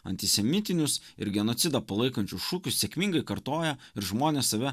antisemitinius ir genocidą palaikančius šūkius sėkmingai kartoja ir žmonės save